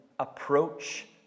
approach